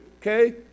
Okay